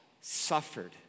suffered